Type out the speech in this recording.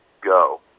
go